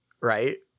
right